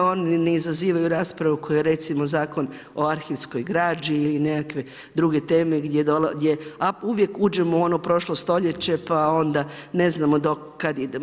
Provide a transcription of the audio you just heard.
Oni ne izazivaju raspravu kao recimo Zakon o arhivskoj građi ili nekakve druge teme gdje uvijek uđemo u ono prošlo stoljeće pa onda ne znamo do kad idemo.